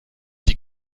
die